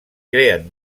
creen